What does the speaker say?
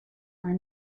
are